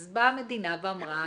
אז באה המדינה ואמרה,